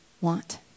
want